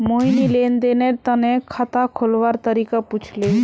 मोहिनी लेन देनेर तने खाता खोलवार तरीका पूछले